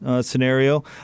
scenario